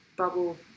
bubble